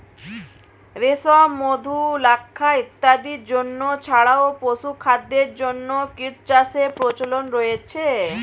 রেশম, মধু, লাক্ষা ইত্যাদির জন্য ছাড়াও পশুখাদ্যের জন্য কীটচাষের প্রচলন রয়েছে